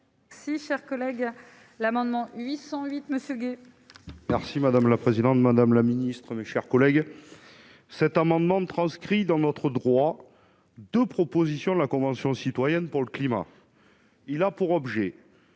merci. Si cher collègue, l'amendement 808 Monsieur Gay. Merci madame la présidente, madame la ministre, mes chers collègues, cet amendement transcrit dans notre droit, 2 propositions de la Convention citoyenne pour le climat, il a pour objet